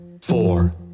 four